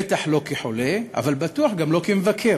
בטח לא כחולה, אבל בטוח שגם לא כמבקר.